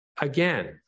Again